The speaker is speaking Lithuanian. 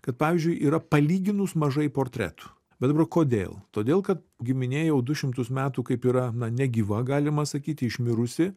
kad pavyzdžiui yra palyginus mažai portretų bet dabar kodėl todėl kad giminė jau du šimtus metų kaip yra na negyva galima sakyti išmirusi